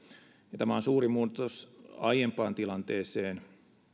ja tämä on suuri muutos aiempaan tilanteeseen